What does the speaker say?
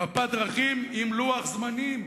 מפת דרכים עם לוח-זמנים,